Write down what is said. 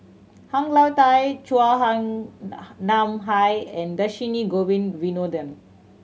Han Lao Da Chua Ham Nam Hai and Dhershini Govin Winodan